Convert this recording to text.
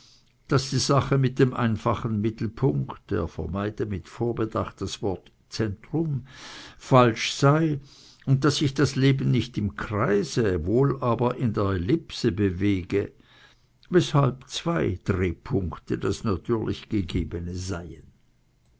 daß die sache mit dem einfachen mittelpunkt er vermeide mit vorbedacht das wort zentrum falsch sei und daß sich das leben nicht im kreise wohl aber in der ellipse bewege weshalb zwei drehpunkte das natürlich gegebene seien